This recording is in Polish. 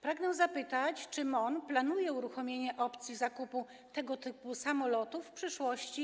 Pragnę zapytać, czy MON planuje uruchomienie opcji zakupu tego typu samolotów w przyszłości.